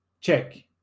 Check